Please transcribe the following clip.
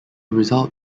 result